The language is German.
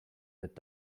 mit